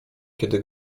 kiedy